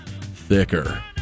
thicker